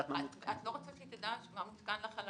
את לא רוצה שהיא תדע מה מותקן לך על